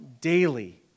daily